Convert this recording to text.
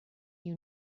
you